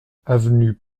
avenue